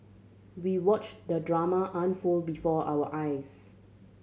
we watched the drama unfold before our eyes